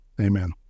Amen